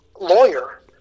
lawyer